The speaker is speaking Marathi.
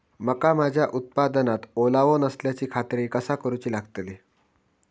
मका माझ्या उत्पादनात ओलावो नसल्याची खात्री कसा करुची लागतली?